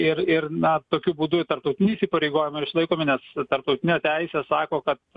ir ir na tokiu būdu tarptautiniai įsipareigojimai yra išlaikomi nes tarptautinė teisė sako kad